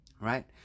right